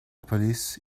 police